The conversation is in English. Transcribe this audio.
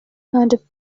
heard